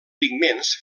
pigments